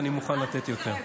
אני מוכן לתת יותר.